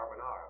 carbonara